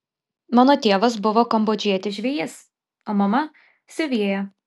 mano tėvas buvo kambodžietis žvejys o mama siuvėja